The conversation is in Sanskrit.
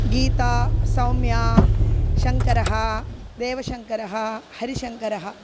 गीता सौम्या शङ्करः देवशङ्करः हरिशङ्करः